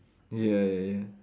ya ya ya ya